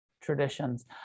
traditions